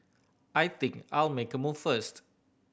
I think I'll make a move first